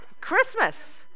Christmas